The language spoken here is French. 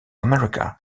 america